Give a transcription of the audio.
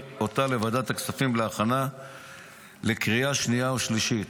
אותה לוועדת הכספים להכנה לקריאה שנייה ושלישית.